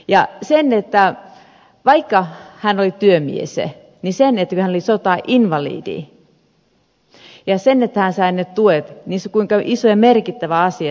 ja vaikka hän oli työmies niin kun hän oli sotainvalidi ja hän sai ne tuet niin kuinka iso ja merkittävä asia se oli